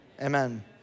Amen